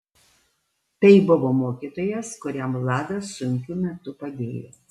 tai buvo mokytojas kuriam vladas sunkiu metu padėjo